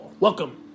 Welcome